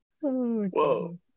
Whoa